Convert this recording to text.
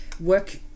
work